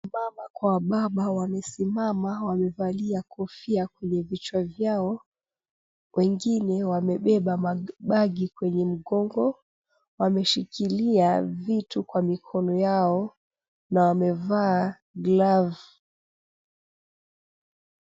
Baba kwa wababa wamesimama, wamevalia kofia kwenye vichwa vyao, wengine wamebeba mabagi kwenye mgongo, wameshikilia vitu kwenye mikono yao na wamevaa glavu.